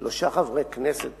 שלושה חברי כנסת